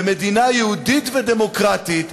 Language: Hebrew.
במדינה יהודית ודמוקרטית,